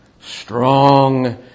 strong